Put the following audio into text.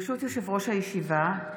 ברשות יושב-ראש הישיבה,